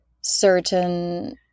certain